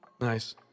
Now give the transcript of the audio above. Nice